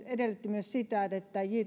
edellytti myös sitä että